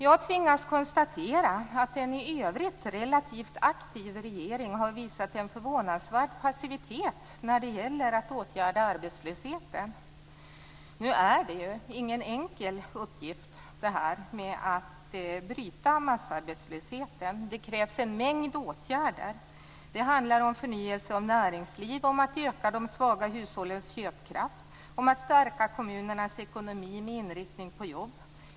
Jag tvingas konstatera att en i övrigt relativt aktiv regering har visat en förvånansvärd passivitet när det gäller att åtgärda arbetslösheten. Nu är det ingen enkel uppgift att bryta massarbetslösheten. Det krävs en mängd åtgärder. Det handlar om förnyelse av näringsliv, om att öka de svaga hushållens köpkraft, om att stärka kommunernas ekonomi med inriktning på jobb.